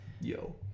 Yo